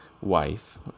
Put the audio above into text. wife